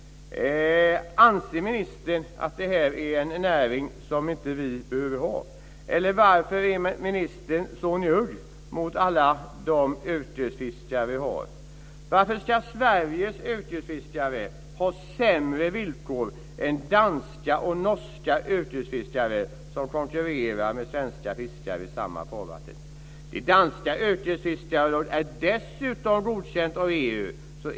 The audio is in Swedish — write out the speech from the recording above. Anser ministern att detta är en näring som vi inte behöver ha, eller varför är ministern så njugg mot alla de yrkesfiskare som vi har? Varför ska Sveriges yrkesfiskare ha sämre villkor än danska och norska yrkesfiskare, som konkurrerar med svenska fiskare i samma farvatten? Det danska yrkesfiskaravdraget är dessutom godkänt av EU.